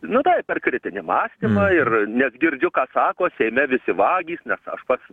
nu taip per kritinį mąstymą ir nes girdžiu ką sako seime visi vagys bet aš pas